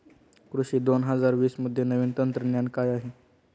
कृषी दोन हजार वीसमध्ये नवीन तंत्रज्ञान काय आहे?